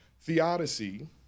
theodicy